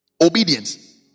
Obedience